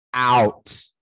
out